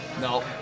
No